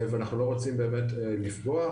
ואנחנו לא רוצים באמת לפגוע.